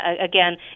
again